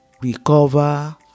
recover